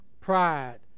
Pride